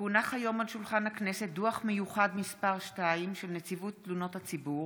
כי הונח היום על שולחן הכנסת דוח מיוחד מס' 2 של נציבות תלונות הציבור